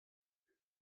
类似